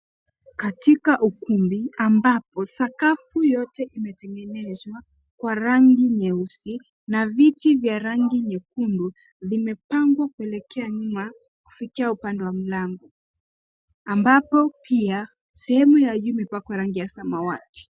Katika ukumbi ambapo sakafu yote imetengenezwa kwa rangi nyeusi, na viti vya rangi nyekundu vimepangwa kuelekea nyuma kufikia upande wa mlango ambapo pia, sehemu ya juu imepakwa rangi ya samawati.